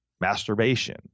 masturbation